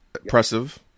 impressive